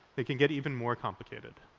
they can get even more complicated.